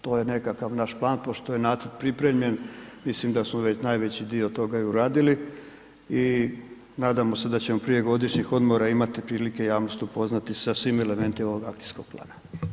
To je nekakav naš plan, pošto je nacrt pripremljen, mislim da smo već najveći dio toga i uradili i nadamo se da ćemo prije godišnjih odmora imati prilike javnosti upoznati sa svim elementima ovog akcijskog plana.